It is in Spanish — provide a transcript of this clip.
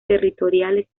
territoriales